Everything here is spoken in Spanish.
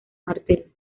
martel